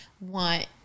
want